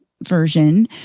version